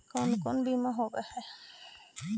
कोन कोन बिमा होवय है?